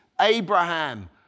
Abraham